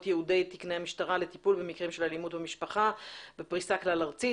ייעודיי תקני משטרה לטיפול במקרים של אלימות במשפחה בפריסה כלל ארצית,